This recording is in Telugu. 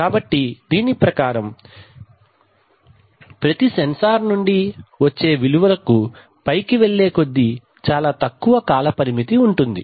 కాబట్టి దీని ప్రకారం ప్రతి సెన్సార్ నుండి వచ్చే విలువలకు పైకి వెళ్ళే కొద్దీ చాలా తక్కువ కాలపరిమితి ఉంటుంది